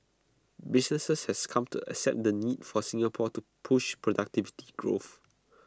businesses have come to accept the need for Singapore to push productivity growth